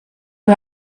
who